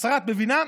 השרה, את מבינה?